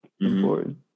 Important